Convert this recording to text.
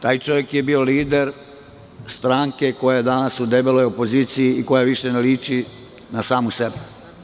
Taj čovek je bio lider stranke koja je danas u debeloj opoziciji i koja više ne liči na samu sebe.